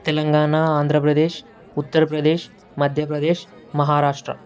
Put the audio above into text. Telangana Andhra Pradesh Uttar Pradesh Madhya Pradesh Maharashtra